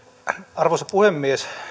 arvoisa puhemies